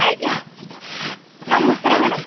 ଆଜ୍ଞା ନମସ୍କାର ମ୍ୟାଡ଼ାମ୍